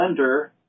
Blender